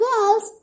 Girls